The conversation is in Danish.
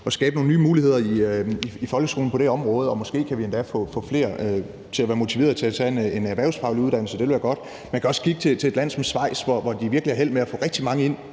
at skabe nogle nye muligheder i folkeskolen på det her område, og måske kan vi endda få flere til at blive motiveret til at tage en erhvervsfaglig uddannelse, for det ville være godt. Man kan også kigge mod et land som Schweiz, hvor de virkelig har held med at få rigtig mange ind